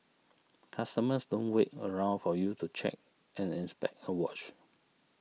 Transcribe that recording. customers don't wait around for you to check and inspect a watch